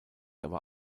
aber